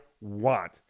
want